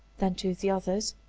then to the others,